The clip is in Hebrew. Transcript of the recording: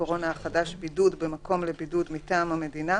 הקורונה החדש) (בידוד במקום לבידוד מטעם המדינה),